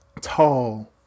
tall